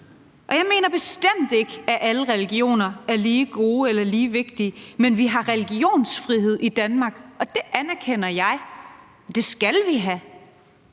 Jeg mener bestemt ikke, at alle religioner er lige gode eller lige vigtige, men vi har religionsfrihed i Danmark, og det anerkender jeg. Det skal vi have